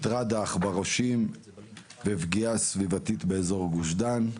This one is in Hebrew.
"מטרד העכברושים ופגיעה סביבתית באזור גוש דן".